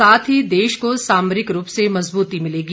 साथ ही देश को सामरिक रूप से मजबूती मिलेगी